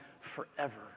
forever